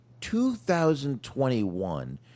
2021